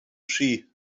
ski